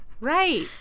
Right